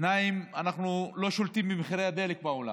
אנחנו לא שולטים במחירי הדלק בעולם,